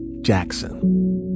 Jackson